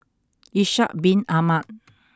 Ishak bin Ahmad